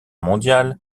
mondiale